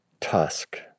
tusk